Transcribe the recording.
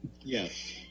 Yes